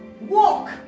walk